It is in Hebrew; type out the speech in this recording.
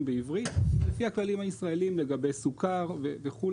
בעברית לפי הכללים הישראלים לגבי סוכר וכו'.